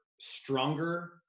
stronger